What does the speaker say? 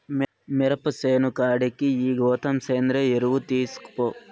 మిరప సేను కాడికి ఈ గోతం సేంద్రియ ఎరువు తీస్కపో